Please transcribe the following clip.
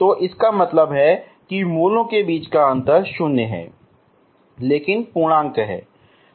तो इसका मतलब है कि मूलों के बीच का अंतर 0 है लेकिन पूर्णांक है